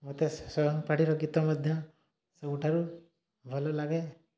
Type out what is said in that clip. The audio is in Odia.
ମତେ ସୋୟମ୍ ପାଢ଼ୀର ଗୀତ ମଧ୍ୟ ସବୁଠାରୁ ଭଲ ଲାଗେ